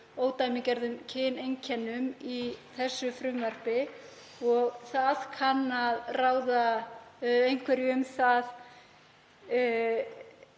ódæmigerðum kyneinkennum í þessu frumvarpi. Það kann að ráða einhverju um það